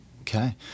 Okay